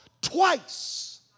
twice